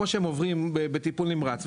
כמו שהם עוברים בטיפול נמרץ,